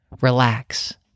Relax